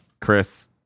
Chris